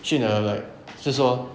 训了 like 就是说